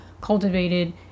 cultivated